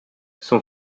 son